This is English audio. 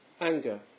Anger